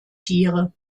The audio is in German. tiere